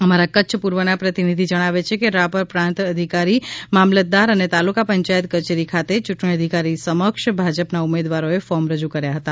અમારા કચ્છ પૂર્વ ના પ્રતિનિધિ જણાવે છે કે રાપર પ્રાંત અધિકારી મામલતદાર અને તાલુકા પંચાયત કચેરી ખાતે યૂંટણી અધિકારી સમક્ષ ભાજપના ઉમેદવારોએ ફોર્મ રજુ કર્યા હતા